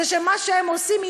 שמה שהם עושים,